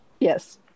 Yes